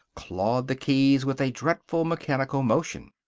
clawed the keys with a dreadful mechanical motion.